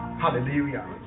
Hallelujah